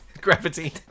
gravity